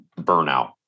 burnout